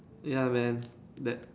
ya man that